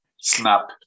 snap